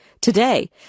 Today